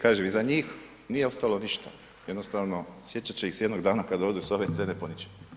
Kažem iza njih nije ostalo ništa, jednostavno sjećat će ih se jednog dana kad odu s ove scene po ničem.